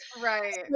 Right